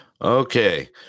Okay